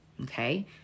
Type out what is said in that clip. Okay